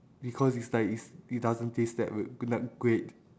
because it's like it's it doesn't taste that good that great